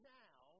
now